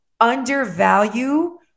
undervalue